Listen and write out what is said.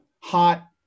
hot